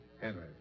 Henry